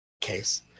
case